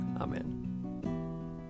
Amen